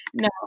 no